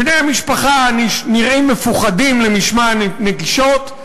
בני המשפחה נראים מפוחדים למשמע הנקישות,